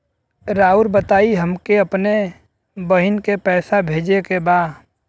राउर बताई हमके अपने बहिन के पैसा भेजे के बा?